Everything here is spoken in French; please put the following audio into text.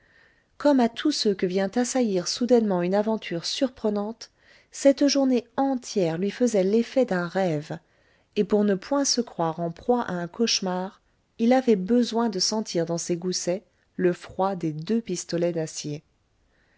comme à tous ceux que vient assaillir soudainement une aventure surprenante cette journée entière lui faisait l'effet d'un rêve et pour ne point se croire en proie à un cauchemar il avait besoin de sentir dans ses goussets le froid des deux pistolets d'acier